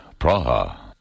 Praha